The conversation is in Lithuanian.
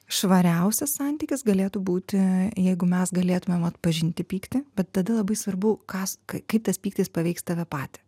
švariausias santykis galėtų būti jeigu mes galėtumėm atpažinti pyktį bet tada labai svarbu kas kai kaip tas pyktis paveiks tave patį